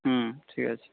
হুম ঠিক আছে